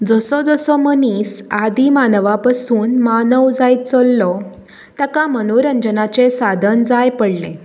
जसो जसो मनीस आदी मानवा पसून मानव जायत चल्लो ताका मनोरंजनाचें साधन जाय पडलें